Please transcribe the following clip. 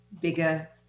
bigger